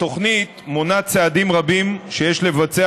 התוכנית מונה צעדים רבים שיש לבצע